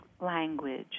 language